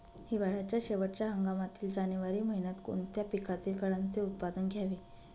हिवाळ्याच्या शेवटच्या हंगामातील जानेवारी महिन्यात कोणत्या पिकाचे, फळांचे उत्पादन घ्यावे?